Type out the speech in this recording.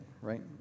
right